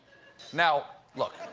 now, look,